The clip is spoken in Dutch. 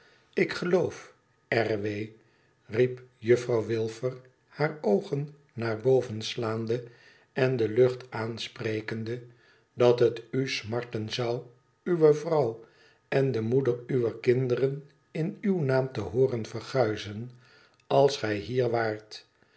ik geloof r w riep juffrouw wilfer hare oogen naar boven slaande en de lucht aansprekende dat het u smarten zou uwe vrouw en de moeder uwer kinderen in uw naam te hooren verguizen als gij hier waart